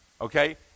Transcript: Okay